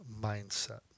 mindset